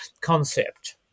concept